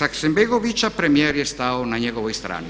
Hasenbegovića, premijer je stao na njegovoj strani.